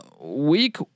week